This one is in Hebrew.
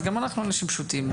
אז גם אנחנו אנשים פשוטים.